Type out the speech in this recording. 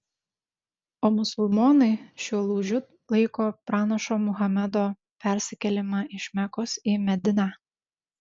o musulmonai šiuo lūžiu laiko pranašo muhamedo persikėlimą iš mekos į mediną